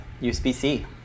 USB-C